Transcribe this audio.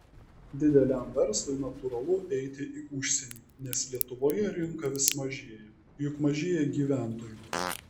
dideliam verslui natūralu eiti į užsienį nes lietuvoje rinka vis mažėja juk mažėja gyventojų